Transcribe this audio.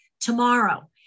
tomorrow